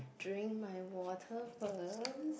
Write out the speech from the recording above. drink my water first